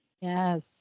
Yes